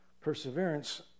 Perseverance